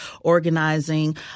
organizing